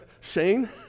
Shane